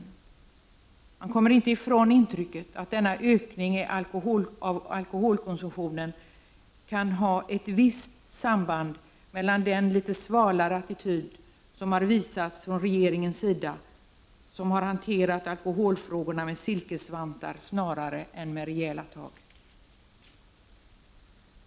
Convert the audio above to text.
15 november 1989 Man kommer inte ifrån intrycket att denna ökning av alkoholkonsumtio==Z LL nen kan ha ett visst samband med den litet svalare attityd som har visats från regeringens sida. Regeringen har hanterat alkoholfrågorna med silkesvantar snarare än med rejäla tag.